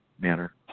manner